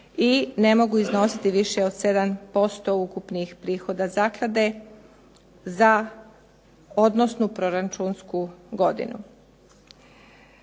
i ne mogu iznositi više od 7% ukupnih prihoda zaklade za odnosnu proračunsku godinu.